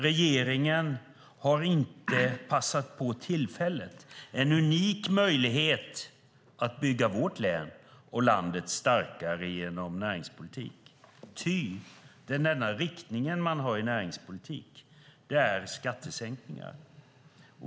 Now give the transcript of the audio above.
Regeringen har inte passat på tillfället när den haft en unik möjlighet att bygga vårt län och landet starkare genom näringspolitik, ity den enda riktningen man har i näringspolitik är skattesänkningar.